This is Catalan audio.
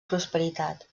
prosperitat